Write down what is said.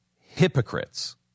hypocrites